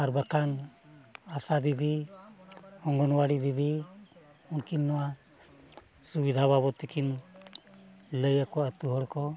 ᱟᱨ ᱵᱟᱝᱠᱷᱟᱱ ᱟᱥᱟ ᱫᱤᱫᱤ ᱚᱝᱜᱚᱱ ᱚᱣᱟᱲᱤ ᱫᱤᱫᱤ ᱩᱱᱠᱤᱱ ᱱᱚᱣᱟ ᱥᱩᱵᱤᱫᱷᱟ ᱵᱟᱵᱚᱫ ᱛᱮᱠᱤᱱ ᱞᱟᱭ ᱟᱠᱚᱣᱟ ᱟᱹᱛᱩ ᱦᱚᱲ ᱠᱚ